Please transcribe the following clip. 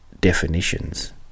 definitions